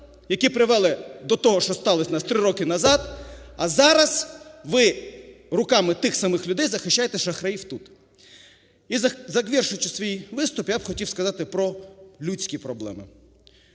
які привели до того, що сталось у нас три роки назад, а зараз ви руками тих самих людей захищаєте шахраїв тут. І завершуючи свій виступ, я б хотів сказати про людські проблеми.